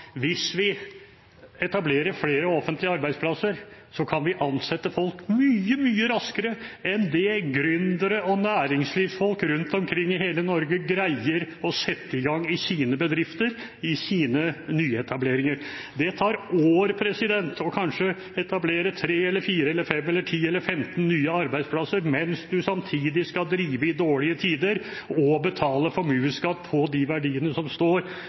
Hvis vi etablerer flere offentlige arbeidsplasser, kan vi ansette folk mye, mye raskere enn det gründere og næringslivsfolk rundt omkring i hele Norge greier å sette i gang i sine bedrifter og i sine nyetableringer. Det tar år å etablere kanskje tre, fire, fem, ti eller femten nye arbeidsplasser mens du samtidig skal drive i dårlige tider og betale formuesskatt på de verdiene som står